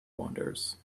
wanders